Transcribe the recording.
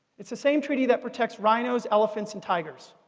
it's the same treaty that protects rhinos, elephants and tigers.